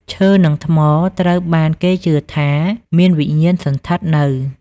ឈើ និង ថ្ម ត្រូវបានគេជឿថាមានវិញ្ញាណសណ្ឋិតនៅ។